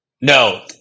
No